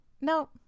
no